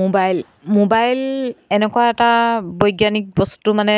mobile mobile এনেকুৱা এটা বৈজ্ঞানিক বস্তু মানে